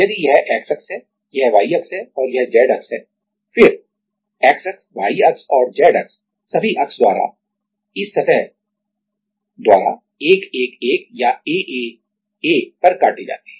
तो यदि यह X अक्ष है यह Y अक्ष है और यह Z अक्ष है फिर X अक्ष Y अक्ष और Z अक्ष सभी अक्ष इस सतह द्वारा 111 या a a a पर काटे जाते हैं